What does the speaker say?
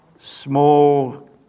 small